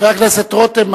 חבר הכנסת רותם,